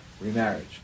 remarriage